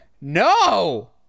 no